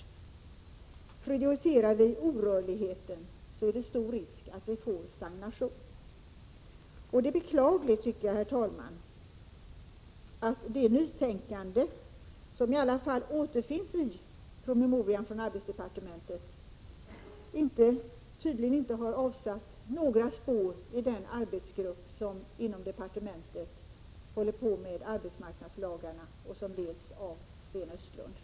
Prioriterar vi orörlighet är det stor risk att vi får stagnation. Herr talman! Jag tycker att det är beklagligt att det nytänkande som trots allt återfinns i promemorian från arbetsmarknadsdepartementet tydligen inte avsatt några spår hos den arbetsgrupp inom departementet som håller på med arbetsmarknadslagarna och som leds av Sten Östlund.